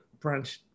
brunch